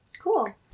cool